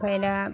ओमफाय दा